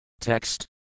Text